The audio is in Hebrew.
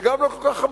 וגם לא כל כך חמקו.